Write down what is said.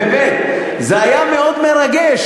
לא, באמת, זה היה מאוד מרגש.